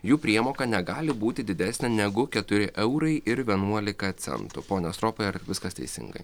jų priemoka negali būti didesnė negu keturi eurai ir vienuolika centų pone stropai ar viskas teisingai